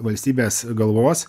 valstybės galvos